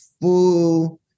full